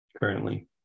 currently